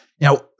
Now